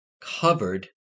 covered